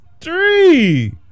three